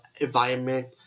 environment